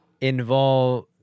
involve